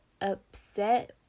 upset